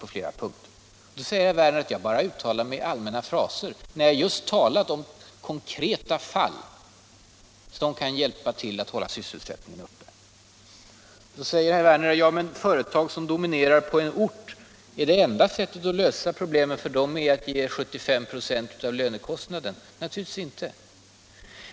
Nu säger herr Werner att jag bara uttalat mig i allmänna fraser, när jag just talat om konkreta fall som kan hjälpa till att hålla sysselsättningen uppe. Herr Werner tar vidare upp problemen med de företag som dominerar på en ort och undrar om det enda sättet att lösa dessa problem är att ge företagen 75 96 av lönekostnaden. Naturligtvis inte!